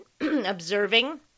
observing